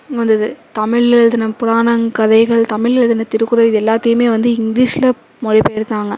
வந்துது தமிழ்ல எழுதுன புராண கதைகள் தமிழ்ல எழுதுன திருக்குறள் இது எல்லாத்தையுமே வந்து இங்கிலீஷில் மொழி பெயர்த்தாங்க